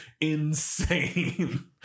insane